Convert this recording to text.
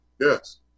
Yes